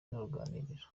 n’uruganiriro